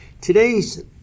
today's